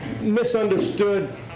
misunderstood